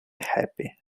happy